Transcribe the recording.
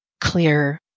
clear